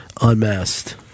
unmasked